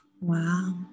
Wow